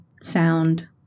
sound